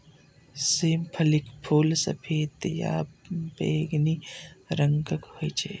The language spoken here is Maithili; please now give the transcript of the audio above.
सेम फलीक फूल सफेद या बैंगनी रंगक होइ छै